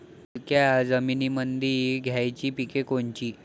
हलक्या जमीनीमंदी घ्यायची पिके कोनची?